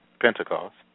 Pentecost